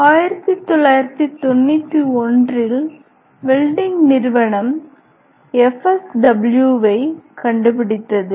1990 1991 இல் வெல்டிங் நிறுவனம் FSW ஐக் கண்டுபிடித்தது